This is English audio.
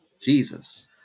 Jesus